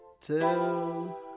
till